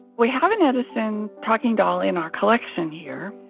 we have an edison talking doll in our collection here.